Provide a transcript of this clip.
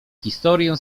historię